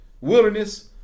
wilderness